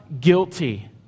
guilty